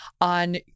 on